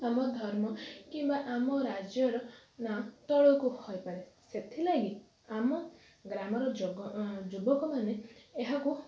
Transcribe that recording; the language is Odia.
ଆମ ଧର୍ମ କିମ୍ବା ଆମ ରାଜ୍ୟର ନାଁ ତଳକୁ ହୋଇପାରେ ସେଥିଲାଗି ଆମ ଗ୍ରାମର ଯୁଗ ଯୁବକ ମାନେ ଏହାକୁ